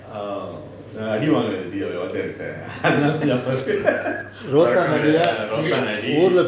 oh அடி வாங்கினது வாத்தியார் கிட்ட அதலாம் ஞாபகம் இருக்கு:adi vanginathu vaathiyaar kitta athalaam nyaapakam irukku rotan அடி:adi